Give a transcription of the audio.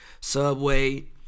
subway